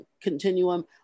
Continuum